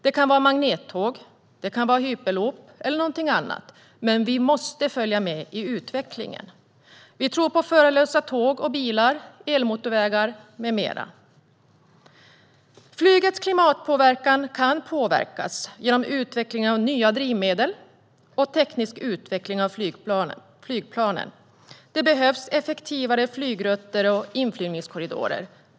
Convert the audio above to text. Det kan vara magnettåg, det kan vara hyperloop eller någonting annat. Men vi måste följa med i utvecklingen. Vi tror på förarlösa tåg och bilar, elmotorvägar med mera. Flygets klimatpåverkan kan påverkas genom utvecklingen av nya drivmedel och teknisk utveckling av flygplanen. Det behövs effektivare flygrutter och inflygningskorridorer.